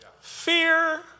Fear